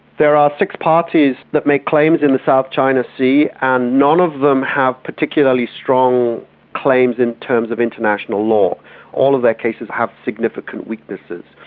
there are six parties that make claims in the south china sea and none of them have particularly strong claims in terms of international law all of their cases have significant weaknesses.